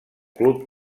club